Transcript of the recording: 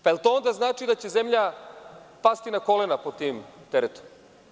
Da li to onda znači da će zemlja pasti na kolena pod tim teretom?